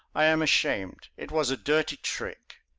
i am ashamed! it was a dirty trick!